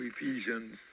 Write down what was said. Ephesians